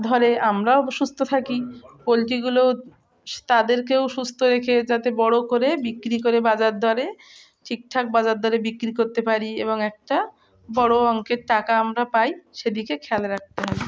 ধরে আমরাও সুস্থ থাকি পোলট্রিগুলো তাদেরকেও সুস্থ রেখে যাতে বড়ো করে বিক্রি করে বাজার ধরে ঠিক ঠাক বাজার ধরে বিক্রি করতে পারি এবং একটা বড়ো অঙ্কের টাকা আমরা পাই সেদিকে খেয়াল রাখতে হয়